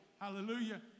Hallelujah